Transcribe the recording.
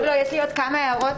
אני חושבת שכמו הרבה דברים שקורים,